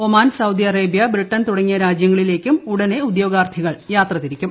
Oman Saudi Arabia Britain തുടങ്ങിയ രാജ്യങ്ങളിലേക്കും ഉടനെ ഉദ്യോഗാർത്ഥികൾ യാത്ര തിരിക്കും